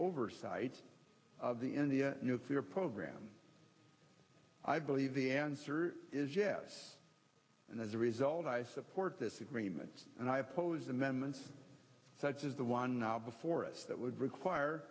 oversight of the in the nuclear program i believe the answer is yes and as a result i support this agreement and i oppose amendments such as the one now before us that would require